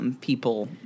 people